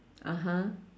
(uh huh)